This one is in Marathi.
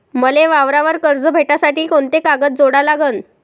मले वावरावर कर्ज भेटासाठी कोंते कागद जोडा लागन?